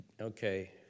Okay